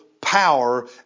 power